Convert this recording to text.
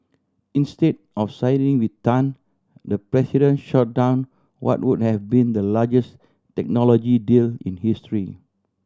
instead of siding with Tan the president shot down what would have been the largest technology deal in history